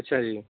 ਅੱਛਾ ਜੀ